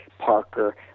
Parker